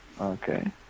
Okay